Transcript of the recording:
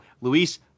Luis